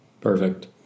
perfect